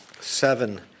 Seven